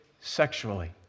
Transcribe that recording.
sexually